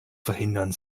verhindern